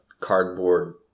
cardboard